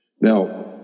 Now